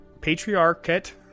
Patriarchate